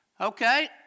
Okay